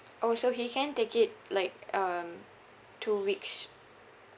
orh so he can take it like um two weeks